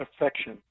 affection